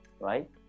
right